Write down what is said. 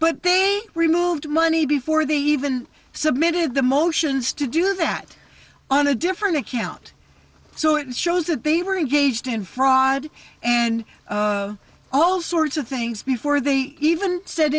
but they removed money before they even submitted the motions to do that on a different account so it shows that they were engaged in fraud and all sorts of things before they even said